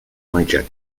hijack